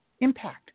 impact